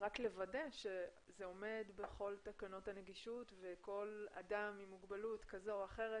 רק לוודא שזה עומד בכל תקנות הנגישות וכל אדם עם מוגבלות כזו או אחרת